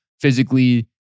physically